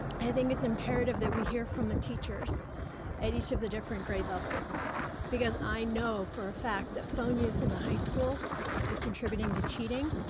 i think it's imperative that we hear from the teachers at each of the different grade levels because i know for a fact that phone use in the high school is contributing to cheating